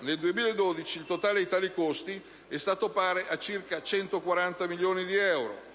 Nel 2012, il totale di tali costi è stato pari a circa 140 milioni. Per